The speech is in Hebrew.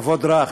כבוד רב,